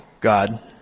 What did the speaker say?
God